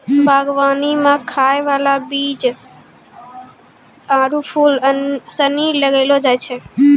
बागवानी मे खाय वाला चीज आरु फूल सनी लगैलो जाय छै